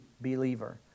believer